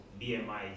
BMI